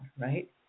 right